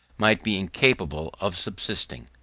might be incapable of subsisting.